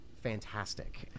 fantastic